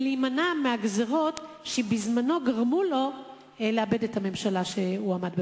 ולהימנע מהגזירות שגרמו לו לאבד את הממשלה שהוא עמד בראשה.